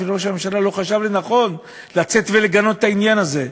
וראש הממשלה לא חשב לנכון לצאת ולגנות את העניין הזה.